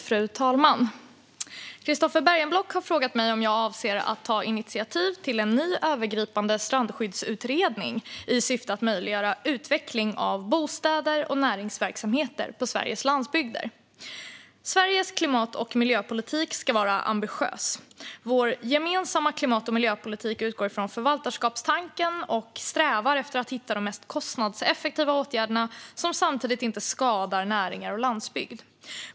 Fru talman! har frågat mig om jag avser att ta initiativ till en ny övergripande strandskyddsutredning i syfte att möjliggöra utveckling av bostäder och näringsverksamheter på Sveriges landsbygder. Sveriges klimat och miljöpolitik ska vara ambitiös. Vår gemensamma klimat och miljöpolitik utgår från förvaltarskapstanken och strävar efter att hitta de mest kostnadseffektiva åtgärderna, som samtidigt inte skadar näringar och landsbygd.